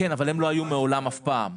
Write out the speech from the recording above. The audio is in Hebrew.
כן, אבל הם לא היו מעולם אף פעם.